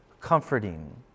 comforting